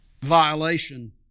Violation